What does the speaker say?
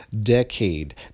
decade